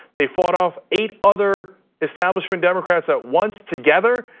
they fought off eight other establishment democrats at once together,